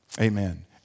amen